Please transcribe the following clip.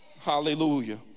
Hallelujah